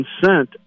consent